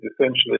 essentially